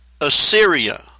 Assyria